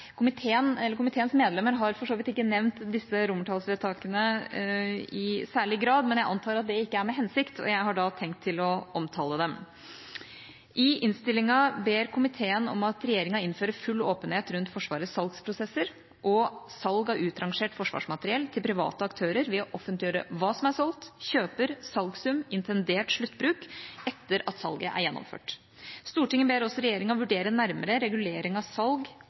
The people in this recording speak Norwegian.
Komiteens medlemmer har for så vidt ikke nevnt disse romertallsvedtakene i særlig grad, men jeg antar at det ikke er med hensikt, og jeg har da tenkt å omtale dem. I innstillinga ber komiteen om at regjeringa innfører full åpenhet rundt Forsvarets salgsprosesser og salg av utrangert forsvarsmateriell til private aktører ved å offentliggjøre hva som er solgt, kjøper, salgssum og intendert sluttbruk etter at salg er gjennomført. Stortinget ber også regjeringa vurdere nærmere regulering av salg